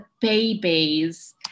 babies